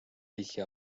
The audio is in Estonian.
ligi